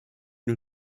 nur